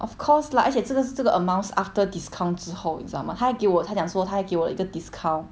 of course lah 而且这个是这个 amounts after discount 之后你知道吗他还给他讲说他还给我一个 discount